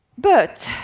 but,